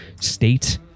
state